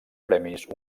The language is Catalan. premis